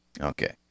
Okay